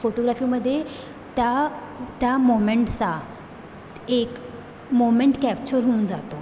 फोटोग्राफीमध्ये त्या त्या मोमेंटचा एक मोमेंट कॅप्चर होऊन जातो